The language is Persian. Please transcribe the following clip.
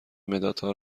مدادها